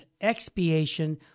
expiation